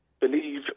believe